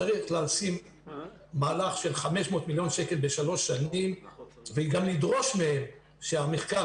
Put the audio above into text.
צריך לשים מהלך של 500 מיליון שקל בשלוש שנים וגם לדרוש מהם שהמחקר